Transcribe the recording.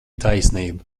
taisnība